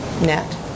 net